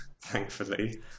thankfully